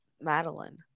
Madeline